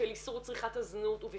כישורי חיים ועוד פעם ועוד פעם ועוד פעם,